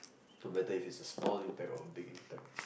no matter if it's small impact or a big impact